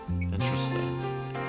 Interesting